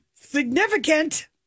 significant